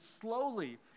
slowly